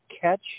Catch